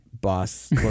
Boss